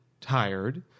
tired